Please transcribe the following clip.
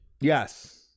Yes